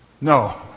No